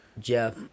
Jeff